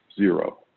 zero